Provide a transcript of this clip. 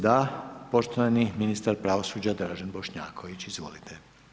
Da, poštovani ministar pravosuđa Dražen Bošnjaković, izvolite.